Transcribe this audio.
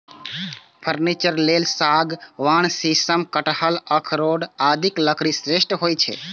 furniture लेल सागवान, शीशम, कटहल, अखरोट आदिक लकड़ी श्रेष्ठ होइ छै